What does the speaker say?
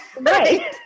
right